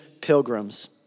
pilgrims